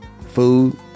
food